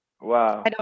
wow